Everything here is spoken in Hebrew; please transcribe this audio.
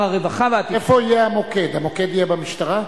איפה יהיה המוקד, המוקד יהיה במשטרה?